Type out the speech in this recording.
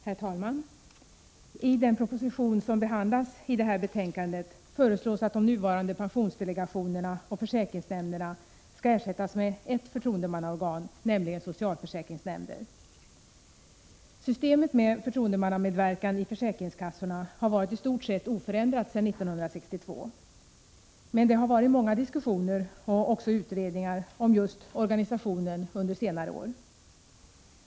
Herr talman! I den proposition som behandlas i detta betänkande föreslås att de nuvarande pensionsdelegationerna och försäkringsnämnderna skall ersättas med eft förtroendemannaorgan, nämligen socialförsäkringsnämnder. Systemet med förtroendemannamedverkan i försäkringskassorna har varit istort sett oförändrat sedan 1962. Men det har varit många diskussioner och också utredningar om just organisationen under senare år.